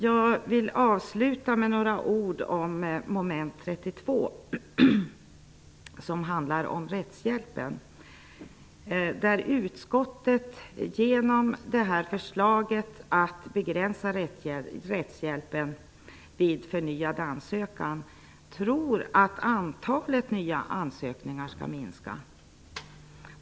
Jag vill avsluta med några ord om mom. 32, rättshjälpen. Utskottet tror att antalet nya ansökningar skall minska, om man begränsar rättshjälpen vid förnyad ansökan.